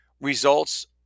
results